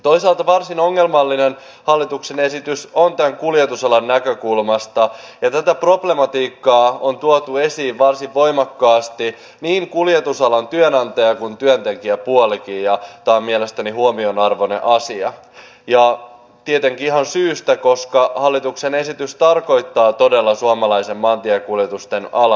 toisaalta hallituksen esitys on varsin ongelmallinen tämän kuljetusalan näkökulmasta ja tätä problematiikkaa on tuonut esiin varsin voimakkaasti niin kuljetusalan työnantaja kuin työntekijäpuolikin tämä on mielestäni huomionarvoinen asia ja tietenkin ihan syystä koska hallituksen esitys tarkoittaa todella suomalaisten maantiekuljetusten alasajoa